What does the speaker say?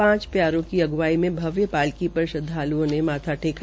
ांच प्यारों की अगुवाई में भव्य ालकी र श्रदवालूओं ने माथा टेका